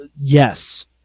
Yes